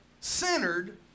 centered